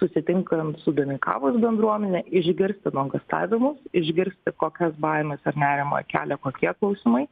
susitinkant su domeikavos bendruomene išgirsti nuogąstavimus išgirsti kokias baimes ar nerimą kelia kokie klausimai